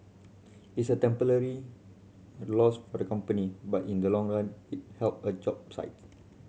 it's a temporary loss for the company but in the long run it help a job sites